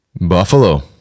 Buffalo